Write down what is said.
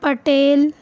Patel